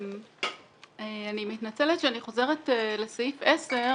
אני מתנצלת שאני חוזרת לסעיף 10,